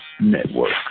Network